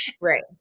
right